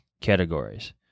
categories